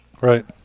Right